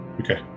Okay